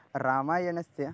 रामायणस्य